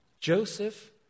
Joseph